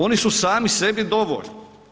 Oni su sami sebi dovoljni.